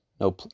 No